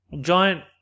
Giant